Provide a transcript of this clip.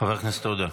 חבר הכנסת עודה.